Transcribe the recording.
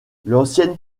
l’ancienne